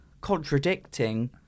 contradicting